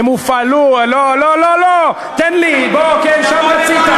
הם הופעלו, לא לא לא, כן, שם רצית.